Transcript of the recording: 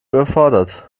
überfordert